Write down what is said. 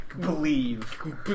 Believe